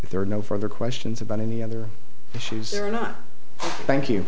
if there are no further questions about any other issues or not thank you